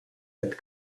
and